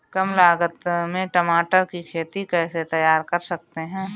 कम लागत में टमाटर की खेती कैसे तैयार कर सकते हैं?